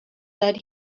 that